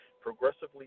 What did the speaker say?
progressively